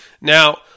now